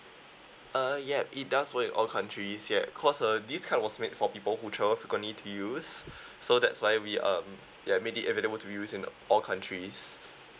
uh yup it does for you in all countries yup because uh this card was made for people who travel frequently to use so that's why we um ya made it available to use in all countries